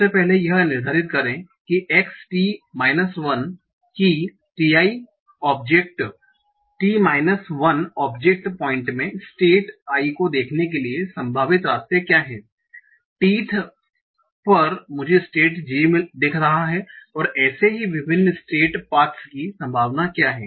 सबसे पहले यह निर्धारित करें कि Xt 1 कि t 1 ऑब्जेक्ट पॉइंट में स्टेट i को देखने के संभावित रास्ते क्या हैं t th पर मुझे स्टेट j दिख रहा है और ऐसे ही विभिन्न स्टेट पाथस् की संभावना क्या है